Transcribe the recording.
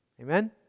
Amen